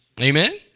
Amen